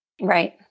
Right